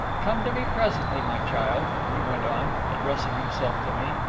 come to me presently, my child he went on, addressing himself to me.